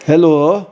hello